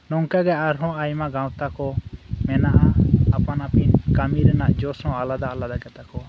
ᱱᱚᱝᱠᱟᱜᱤ ᱟᱨᱦᱚᱸ ᱟᱭᱢᱟ ᱜᱟᱶᱛᱟᱠᱩ ᱢᱮᱱᱟᱜᱼᱟ ᱟᱯᱟᱱ ᱟᱹᱯᱤᱱ ᱠᱟᱹᱢᱤ ᱨᱮᱱᱟᱜ ᱡᱚᱥᱦᱚᱸ ᱟᱞᱟᱫᱟ ᱟᱞᱟᱫᱟ ᱜᱮᱛᱟ ᱠᱚᱣᱟ